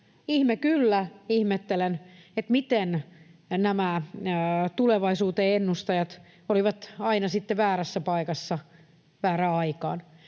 Ihme kyllä, ihmettelen, miten nämä tulevaisuuteen ennustajat olivat aina väärässä paikassa väärään aikaan.